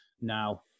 Now